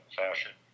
fashion